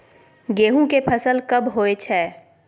गेहूं के फसल कब होय छै?